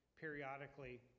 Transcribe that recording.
periodically